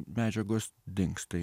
medžiagos dings tai